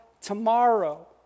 tomorrow